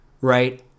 right